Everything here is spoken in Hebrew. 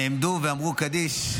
הם נעמדו ואמרו קדיש.